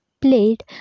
played